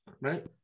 right